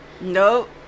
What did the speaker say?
Nope